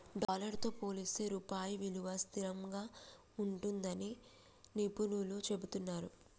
dollar తో పోలిస్తే రూపాయి విలువ స్థిరంగా ఉంటుందని నిపుణులు చెబుతున్నరు